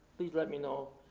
please let me know,